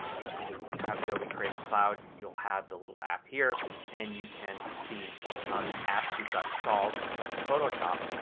um if you have adobe creative cloud you will have the little app here and you can see the apps you have installed, such as photoshop.